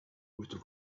with